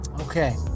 Okay